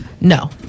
no